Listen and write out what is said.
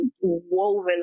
woven